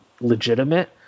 legitimate